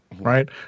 Right